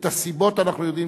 את הסיבות אנחנו יודעים.